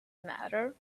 matter